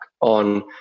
on